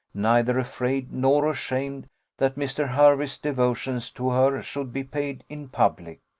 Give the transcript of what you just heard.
neither afraid nor ashamed that mr. hervey's devotions to her should be paid in public.